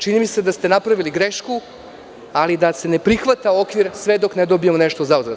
Čini mi se da ste napravili grešku i molim vas da ne prihvatate okvir sve dok ne dobijemo nešto zauzvrat.